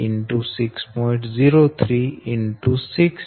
03 X 6